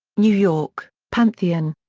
new york pantheon.